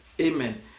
Amen